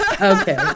Okay